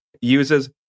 uses